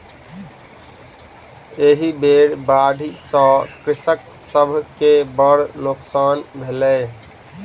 एहि बेर बाढ़ि सॅ कृषक सभ के बड़ नोकसान भेलै